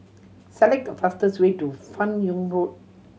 select the fastest way to Fan Yoong Road